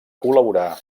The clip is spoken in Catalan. col·laborar